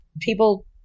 people